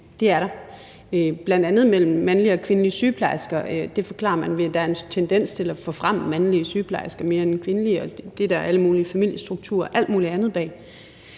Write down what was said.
Det er der bl.a. mellem mandlige og kvindelige sygeplejersker. Det forklarer man ved, at der er en tendens til at forfremme mandlige sygeplejersker mere end kvindelige, og det ligger der familiestruktur og alt muligt andet bag.